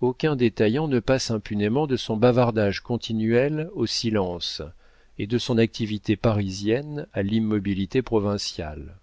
aucun détaillant ne passe impunément de son bavardage continuel au silence et de son activité parisienne à l'immobilité provinciale